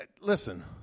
listen